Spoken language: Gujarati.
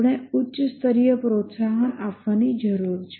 આપણે ઉચ્ચ સ્તરીય પ્રોત્સાહન આપવાની જરૂર છે